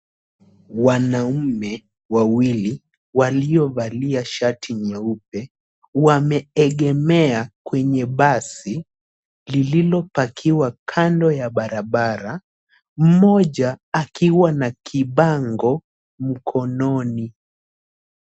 Wanaume wawili waliovalia shati nyeupe wameegemea kwenye basi lililopakiwa kando ya barabara mmoja akiwa na kibango mkononi.